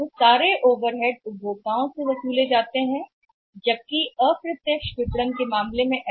और उन सभी ओवरहेड्स को उपभोक्ताओं को पारित करना होगा जहां यह संभव नहीं हो सकता है अप्रत्यक्ष विपणन के मामले में